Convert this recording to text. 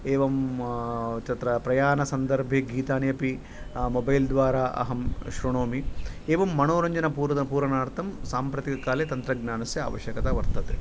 एवम् तत्र प्रयानसन्दर्भे गीतानि अपि मोबैल् द्वारा अहं शृणोमि एवं मणोरञ्जनपूरण पूरणार्थं साम्प्रति काले तन्त्रज्ञानस्य आवश्यकता वर्तते